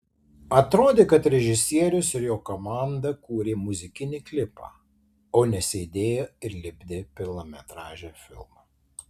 atrodė kad režisierius ir jo komanda kūrė muzikinį klipą o ne sėdėjo ir lipdė pilnametražį filmą